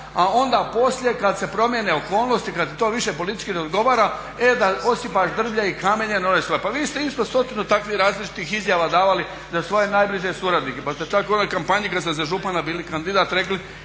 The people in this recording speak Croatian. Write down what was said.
a onda poslije kad se promjene okolnosti, kad ti to više politički ne odgovara e da osipaš drvlje i kamenje na one svoje. Pa vi ste isto stotinu takvih različitih izjava davali za svoje najbliže suradnike. Pa ste čak u onoj kampanji kad ste za župana bili kandidat rekli